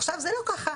עכשיו זה לא ככה.